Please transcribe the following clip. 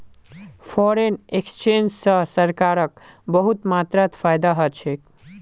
foreign exchange स सरकारक बहुत मात्रात फायदा ह छेक